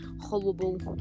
horrible